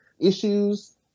issues